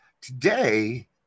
Today